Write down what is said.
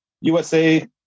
USA